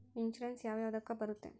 Insurance ಯಾವ ಯಾವುದಕ್ಕ ಬರುತ್ತೆ?